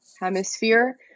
hemisphere